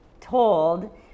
told